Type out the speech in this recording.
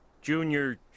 Junior